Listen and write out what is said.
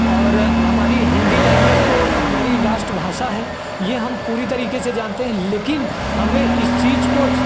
और हमारी हिंदी लैंग्वेज तो हमारी राष्ट्रभाषा है यह हम पूरी तरीके से जानते हैं लेकिन हमें इस चीज़ को